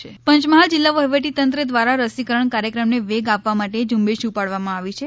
રસીકરણ પંચમહાલ પંચમહાલ જિલ્લા વહીવટી તંત્ર દ્વારા રસીકરણ કાર્યક્રમને વેગ આપવા માટે ઝુંબેશ ઉપાડવામાં આવી છે